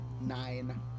Nine